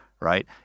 right